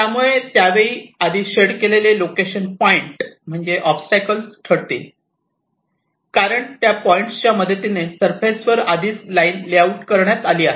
त्यामुळे त्यावेळी आधी शेड केलेले लोकेशन पॉईंट म्हणजे ओबस्टॅकल्स ठरतील कारण त्या पॉईंट्स च्या मदतीने सरफेस वर आधीच लाईन लेआउट करण्यात आली आहे